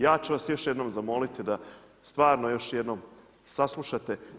Ja ću vas još jednom zamoliti da stvarno još jednom saslušate.